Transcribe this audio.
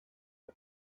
har